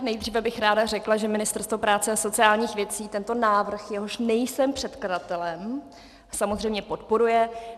Nejdříve bych ráda řekla, že Ministerstvo práce a sociálních věcí tento návrh, jehož nejsem předkladatelem, samozřejmě podporuje.